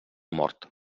mort